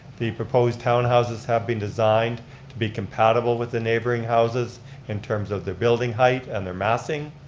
the proposed townhouses have been designed to be compatible with the neighboring houses in terms of their building height and their massing.